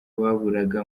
baburaga